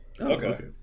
Okay